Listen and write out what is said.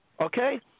okay